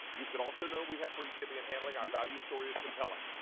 you should also note we have free shipping and handling, our value story is compelling,